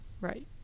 right